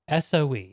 SOE